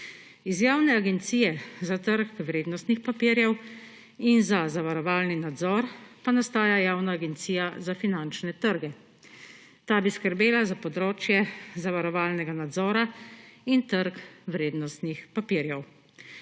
Iz Javne agencije za trg vrednostnih papirjev in Agencije za zavarovalni nadzor pa nastaja Javna agencija za finančne trge, ta bi skrbela za področje zavarovalnega nadzora in trg vrednostnih papirjev.